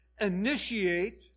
initiate